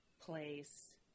place